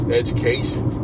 education